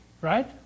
Right